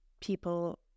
people